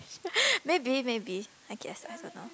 maybe maybe I guess I don't know